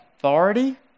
authority